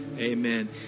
Amen